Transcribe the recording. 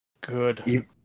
Good